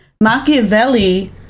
Machiavelli